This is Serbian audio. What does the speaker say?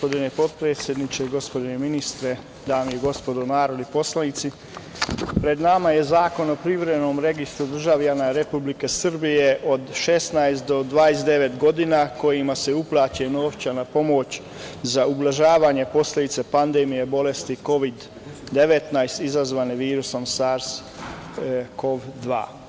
Gospodine potpredsedniče, gospodine ministre, dame i gospodo narodni poslanici, pred nama je Zakon o privremenom registru državljana Republike Srbije od 16 do 19 godina, kojima se uplaćuje novčana pomoć za ublažavanje posledica pandemije bolesti Kovid 19 izazvane virusom SARS-KoV-2.